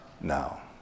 now